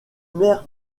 mère